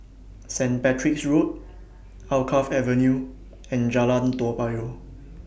Saint Patrick's Road Alkaff Avenue and Jalan Toa Payoh